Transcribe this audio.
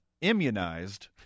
immunized